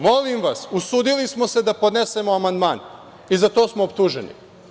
Molim vas, usudili smo se da podnesemo amandman i za to smo optuženi.